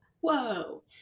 Whoa